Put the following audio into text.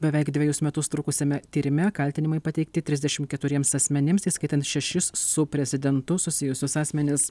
beveik dvejus metus trukusiame tyrime kaltinimai pateikti trisdešimt keturiems asmenims įskaitant šešis su prezidentu susijusius asmenis